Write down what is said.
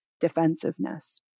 defensiveness